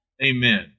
Amen